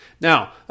Now